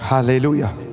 Hallelujah